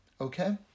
okay